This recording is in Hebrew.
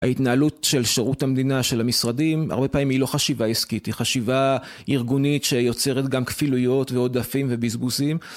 ההתנהלות של שירות המדינה של המשרדים הרבה פעמים היא לא חשיבה עסקית היא חשיבה ארגונית שיוצרת גם כפילויות ועודפים ובזבוזים